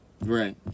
right